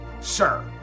Sir